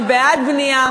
בעד ציפוף